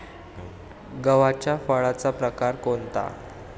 गव्हाच्या फळाचा प्रकार कोणता?